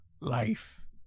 life